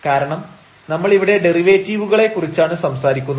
കാരണം നമ്മൾ ഇവിടെ ഡെറിവേറ്റീവുകളെ കുറിച്ചാണ് സംസാരിക്കുന്നത്